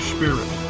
Spirit